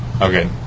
Okay